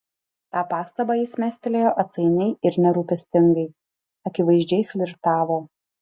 tą pastabą jis mestelėjo atsainiai ir nerūpestingai akivaizdžiai flirtavo